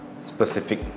specific